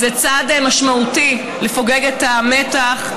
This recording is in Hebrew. זה צעד משמעותי לפוגג את המתח,